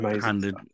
handed